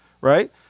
right